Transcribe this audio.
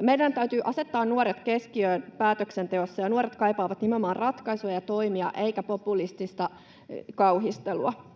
Meidän täytyy asettaa nuoret keskiöön päätöksenteossa, ja nuoret kaipaavat nimenomaan ratkaisuja ja toimia eivätkä populistista kauhistelua.